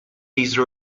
these